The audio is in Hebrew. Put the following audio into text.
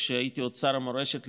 כשעוד הייתי שר המורשת,